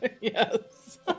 Yes